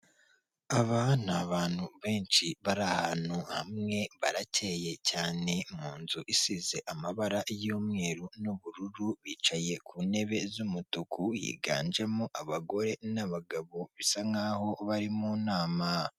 Aba ni abantu benshi bari ahantu hamwe, barakeye cyane mu nzu isize amabara y'umweru n'ubururu, bicaye ku ntebe z'umutuku, higanjemo abagore n'abagabo, bisa nk'aho bari mu nama.